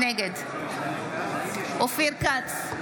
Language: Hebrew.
נגד אופיר כץ,